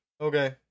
okay